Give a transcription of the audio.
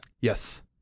Yes